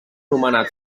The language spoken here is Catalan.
nomenat